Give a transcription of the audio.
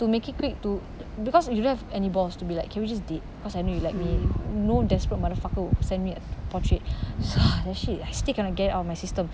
to make it quick to because you don't have any balls to be like can we just date cause I know you like me no desperate motherfucker would send me a portrait so ah shit I still cannot get it out of my system